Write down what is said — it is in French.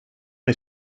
est